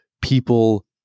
people